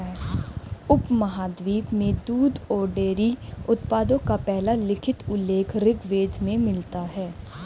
उपमहाद्वीप में दूध और डेयरी उत्पादों का पहला लिखित उल्लेख ऋग्वेद में मिलता है